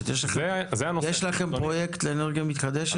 יש --- דחייה בגלל בניה לא חוקית.